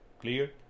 Clear